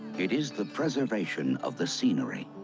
it is the preservation of the scenery,